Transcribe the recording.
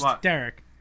Derek